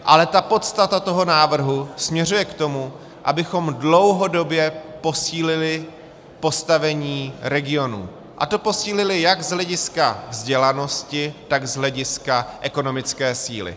Ale ta podstata toho návrhu směřuje k tomu, abychom dlouhodobě posílili postavení regionů, a to posílili jak z hlediska vzdělanosti, tak z hlediska ekonomické síly.